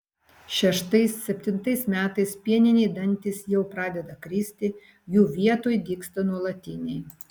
šeštais septintais metais pieniniai dantys jau pradeda kristi jų vietoj dygsta nuolatiniai